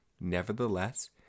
Nevertheless